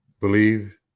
Believe